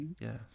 yes